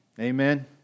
Amen